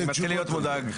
אני מתחיל להיות מודאג.